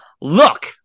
look